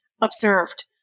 observed